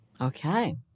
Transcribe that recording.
Okay